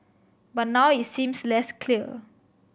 but now it seems less clear